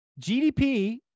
GDP